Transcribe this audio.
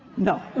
no.